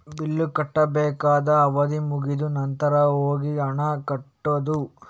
bill ಕಟ್ಟಬೇಕಾದ ಅವಧಿ ಮುಗಿದ ನಂತ್ರ ಹೋಗಿ ಹಣ ಕಟ್ಟುದು